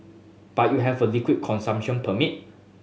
but you have a liquor consumption permit